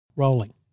Rolling